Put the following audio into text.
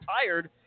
tired